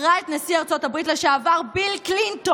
שכרה את נשיא ארצות הברית לשעבר ביל קלינטון,